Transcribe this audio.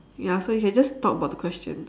ya so you can just talk about the questions